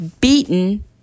Beaten